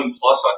plus